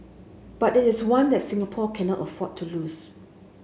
but it is one that Singapore cannot afford to lose